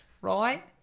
Right